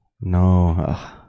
No